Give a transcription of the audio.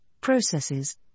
processes